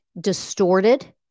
distorted